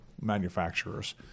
manufacturers